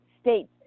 states